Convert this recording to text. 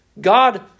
God